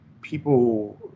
people